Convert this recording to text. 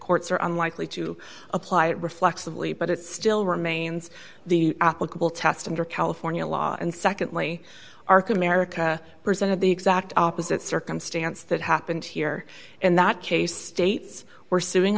courts are unlikely to apply it reflects of late but it still remains the applicable test and or california law and secondly arc america presented the exact opposite circumstance that happened here in that case states were s